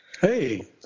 Hey